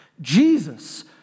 Jesus